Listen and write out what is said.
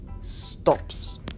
stops